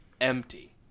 Empty